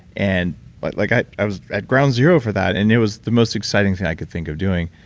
and but like i i was at ground zero for that, and it was the most exciting thing i could think of doing,